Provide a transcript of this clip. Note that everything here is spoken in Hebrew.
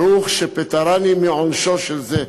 "ברוך שפטרני מעונשו של זה".